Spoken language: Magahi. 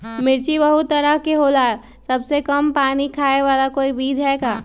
मिर्ची बहुत तरह के होला सबसे कम पानी खाए वाला कोई बीज है का?